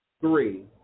three